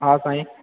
हा साईं